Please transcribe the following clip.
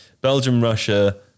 Belgium-Russia